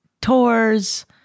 tours